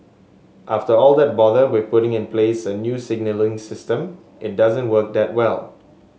after all that bother with putting in place a new signalling system it doesn't work that well